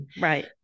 Right